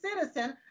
citizen